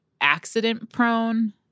accident-prone—